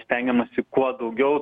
stengiamasi kuo daugiau